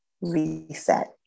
reset